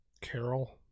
Carol